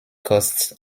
costs